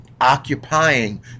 occupying